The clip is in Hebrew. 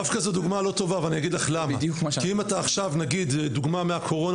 זאת דוגמה לא טובה ואגיד למה הנה דוגמה מהקורונה